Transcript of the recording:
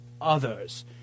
others